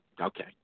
okay